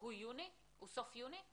הוא סוף יוני?